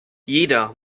jeder